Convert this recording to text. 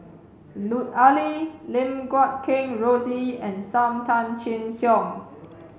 Lut Ali Lim Guat Kheng Rosie and Sam Tan Chin Siong